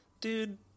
dude